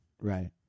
Right